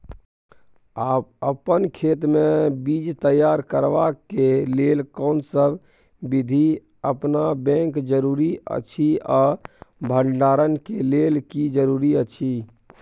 अपन खेत मे बीज तैयार करबाक के लेल कोनसब बीधी अपनाबैक जरूरी अछि आ भंडारण के लेल की जरूरी अछि?